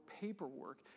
paperwork